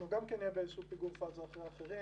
אנחנו גם כן נהיה באיזשהו פיגור פאזה אחרי אחרים,